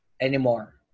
anymore